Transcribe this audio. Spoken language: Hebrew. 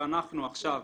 ואנחנו עכשיו